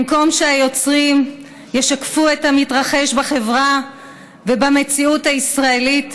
במקום שהיוצרים ישקפו את המתרחש בחברה ובמציאות הישראלית,